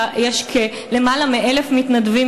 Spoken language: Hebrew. ויש למעלה מ-1,000 מתנדבים,